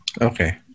Okay